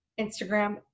Instagram